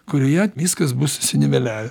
kurioje viskas bus susiniveliavę